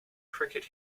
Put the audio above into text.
cricket